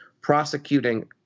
prosecuting